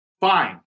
fine